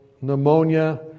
pneumonia